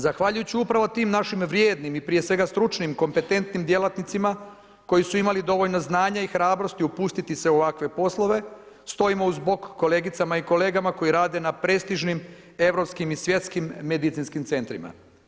Zahvaljujući upravo tim našim vrijednim i prije svega stručnim, kompetentnim djelatnicima koji su imali dovoljno znanja i hrabrosti upustiti se u ovakve poslove, stojimo uz bok kolegicama i kolegama koji rade na prestižnim europskim i svjetskim medicinskim centrima.